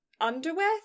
underwear